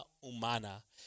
humana